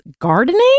gardening